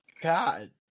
God